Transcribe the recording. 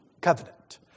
Covenant